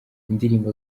indirimbo